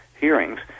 hearings